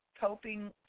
coping